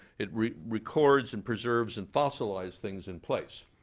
it records and preserves and fossilized things in place.